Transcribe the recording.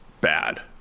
bad